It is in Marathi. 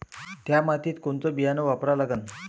थ्या मातीत कोनचं बियानं वापरा लागन?